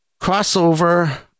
crossover